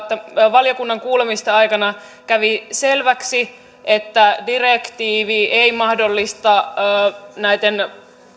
valiokunnan kuulemisten aikana kävi selväksi että direktiivi ei mahdollista näitten